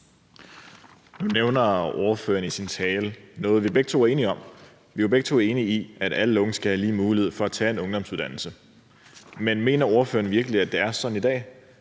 Nu nævner ordføreren i sin tale noget, vi begge to er enige om. Vi er begge to enige om, at alle unge skal have lige muligheder for at tage en ungdomsuddannelse, men mener ordføreren virkelig, at det er sådan i dag?